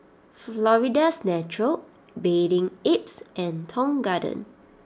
Florida's Natural Bathing Apes and Tong Garden